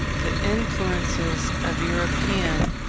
the influences of european,